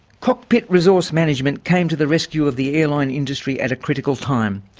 cockpit resource management came to the rescue of the airline industry at a critical time.